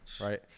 right